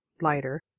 lighter